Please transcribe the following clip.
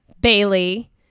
Bailey